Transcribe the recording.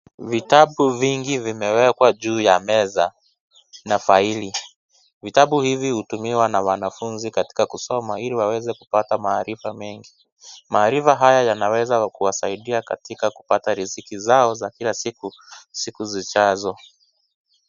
Vitabu vingi vimewekwa juu ya meza na faili. Vitabu hivi hutumiwa na wanafunzi katiak kusoma ili waweze kupata maarifa mengi. Maarifa haya yanaweza kuwasaidia katika kupata riziki zao za kila siku siku zijazo.